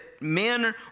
men